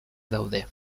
daude